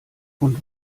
und